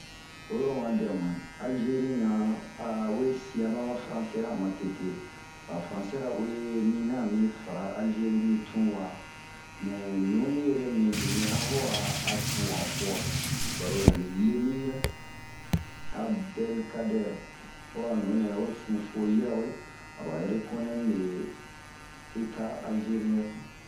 Oyilo'o ma dɛmu, Alzerie ɲan siaa maba faransɛra matete. Ba faransɛra ya we mina a fara Alzerie mi tun wa, nii nu ni'ere we mibin a ho a fu han fuoa ,balo lemire Abdukadɛre ,ho a nunɛɛ we fufuo yiriwe a ba rekonɛ mibe oro eta alzeriɛn.